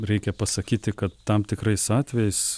reikia pasakyti kad tam tikrais atvejais